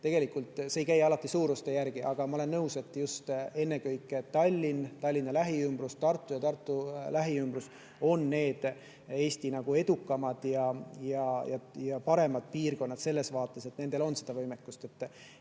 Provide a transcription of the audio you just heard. Tegelikult see ei käi alati suuruse järgi. Aga ma olen nõus, et ennekõike Tallinn, Tallinna lähiümbrus, Tartu ja Tartu lähiümbrus on need Eesti edukamad ja paremad piirkonnad selles vaates, et nendel on see võimekus.